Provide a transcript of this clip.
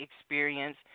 experience